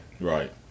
Right